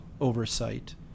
oversight